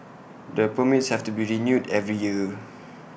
the permits have to be renewed every year